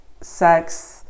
sex